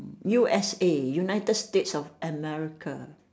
U_S_A United states of america